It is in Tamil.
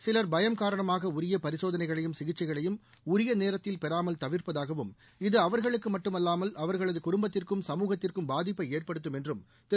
சிலர் பயம் காரணமாக உரிய பரிசூசாதனைகளைரும் சிகிச்சைகளைரும் உரிய சூநரத்தில் பேறாமல் தவிர்ப்பதாககூம் இது அவர்களுக்கு மட்டுமல்லாமல் அவர்களது குடும்பத்திற்கும் சாகத்திற்கும் பாதிப்பை ஏற்படுத்தம் என்றம் திரு